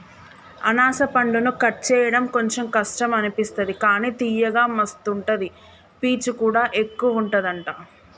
అనాస పండును కట్ చేయడం కొంచెం కష్టం అనిపిస్తది కానీ తియ్యగా మస్తు ఉంటది పీచు కూడా ఎక్కువుంటది అంట